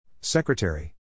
Secretary